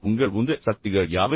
உங்கள் உந்து சக்திகள் யாவை